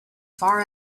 far